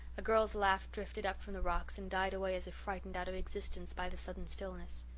a girl's laugh drifted up from the rocks and died away as if frightened out of existence by the sudden stillness.